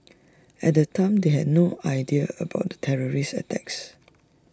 at the time they had no idea about the terrorist attacks